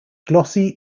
glossy